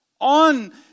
on